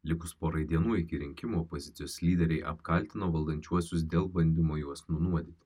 likus porai dienų iki rinkimų opozicijos lyderiai apkaltino valdančiuosius dėl bandymo juos nunuodyti